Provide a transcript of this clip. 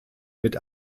mit